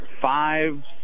five